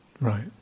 right